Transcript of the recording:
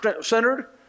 centered